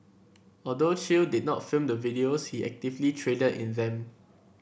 although Chew did not film the videos he actively traded in them